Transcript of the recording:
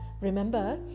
remember